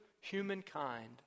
humankind